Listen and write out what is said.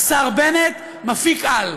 השר בנט, מפיק-על,